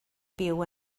byw